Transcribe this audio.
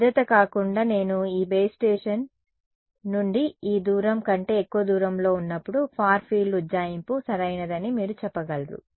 భద్రత కాకుండా నేను ఆ బేస్ స్టేషన్ నుండి ఈ దూరం కంటే ఎక్కువ దూరంలో ఉన్నప్పుడు ఫార్ ఫీల్డ్ ఉజ్జాయింపు సరైనదని మీరు చెప్పగలరు